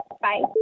bye